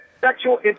sexual